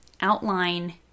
outline